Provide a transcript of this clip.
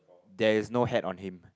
there is no hat on him